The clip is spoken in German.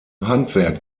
handwerk